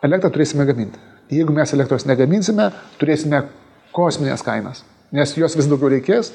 elektrą turėsime gamint jeigu mes elektros negaminsime turėsime kosmines kainas nes jos vis daugiau reikės